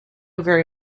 very